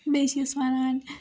بیٚیہ چِھس وَنان